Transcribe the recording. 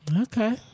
Okay